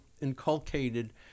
inculcated